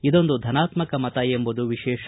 ಇದೊಂದು ಧನಾತ್ಮಕ ಮತ ಎಂಬುದು ವಿಶೇಷ